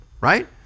right